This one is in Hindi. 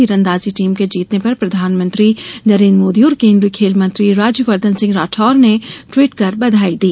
तीरांदाजी टीम के जीतने पर प्रधानमंत्री नरेन्द्र मोदी और केन्द्रीय खेल मंत्री राज्यवर्धन सिंह राठौर ने टवीट कर बधाई दी